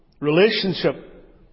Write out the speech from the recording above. relationship